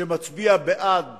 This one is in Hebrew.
שמצביע בעד